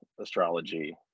astrology